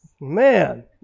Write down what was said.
Man